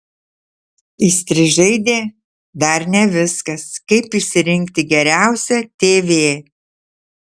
įstrižainė dar ne viskas kaip išsirinkti geriausią tv